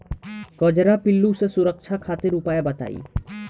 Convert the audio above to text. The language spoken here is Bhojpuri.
कजरा पिल्लू से सुरक्षा खातिर उपाय बताई?